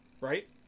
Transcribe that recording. right